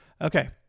Okay